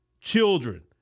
children